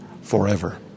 forever